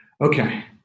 Okay